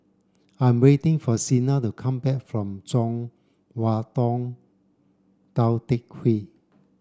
I'm waiting for Sheena to come back from Chong Hua Tong Tou Teck Hwee